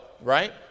right